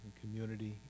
community